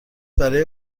برای